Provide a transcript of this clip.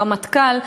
הרמטכ"ל,